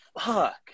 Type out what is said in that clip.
fuck